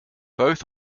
both